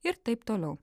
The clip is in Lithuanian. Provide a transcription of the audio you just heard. ir taip toliau